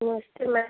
नमस्ते मैम